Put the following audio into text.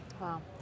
Wow